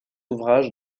ouvrages